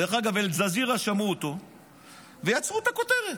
דרך אגב, אל-ג'זירה שמעו אותו ויצרו את הכותרת.